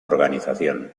organización